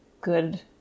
good